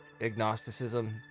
Agnosticism